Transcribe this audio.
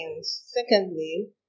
secondly